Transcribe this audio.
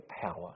power